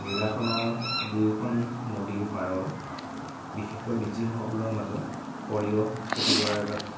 জিলাখনৰ দুইখন নদীৰ পাৰৰ বিশেষকৈ মিচিংসকলৰ মাজত সৰিয়হ খেতি কৰাৰ এটা